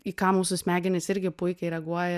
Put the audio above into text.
į ką mūsų smegenys irgi puikiai reaguoja